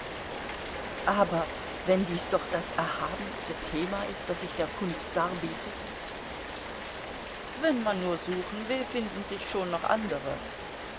aber wenn dies doch das erhabenste thema ist das sich der kunst darbietet wenn man nur suchen will finden sich schon noch andere